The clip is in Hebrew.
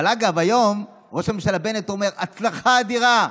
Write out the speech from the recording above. אבל, אגב, היום ראש הממשלה בנט אומר: הצלחה אדירה.